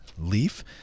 leaf